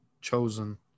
chosen